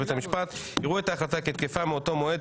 בית המשפט יראו את ההחלטה כתקפה מאותו מועד.